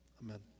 Amen